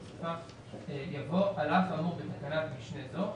בסופו יבוא "על אף האמור תקנת משנה זו,